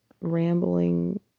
rambling